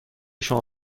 شما